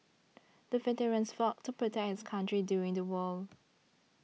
the veterans fought to protect his country during the war